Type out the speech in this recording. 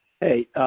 Hey